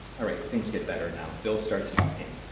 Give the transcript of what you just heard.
all right, things get better now. bill starts talking.